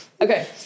Okay